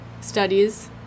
studies